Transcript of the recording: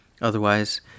otherwise